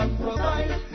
provide